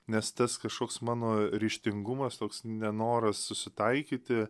nes tas kašoks mano ryžtingumas toks nenoras susitaikyti